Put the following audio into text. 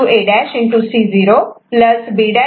C0 B'